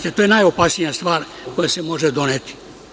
To je najopasnija stvar koja se može doneti.